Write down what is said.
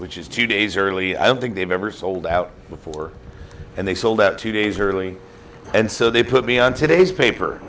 which is two days early i don't think they've ever sold out before and they sold out two days early and so they put me on today's paper